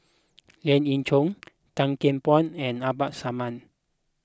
Lien Ying Chow Tan Kian Por and Abdul Samad